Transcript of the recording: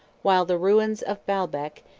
while the ruins of baalbec,